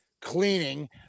cleaning